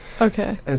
Okay